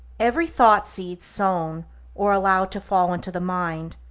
every thought-seed sown or allowed to fall into the mind,